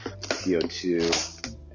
co2